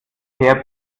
her